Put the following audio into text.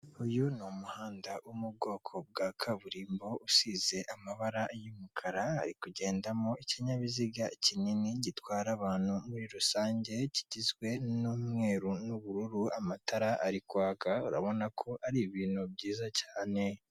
Uyu ni umuhanda wo mu bwoko bwa kaburimbo usize amabara y'umukara, hari kugendamo ikinyabiziga kinini gitwara abantu muri rusange kigizwe n'umweru n'ubururu, amatara ari kwaka urabona ko ari ibintu byiza cyane.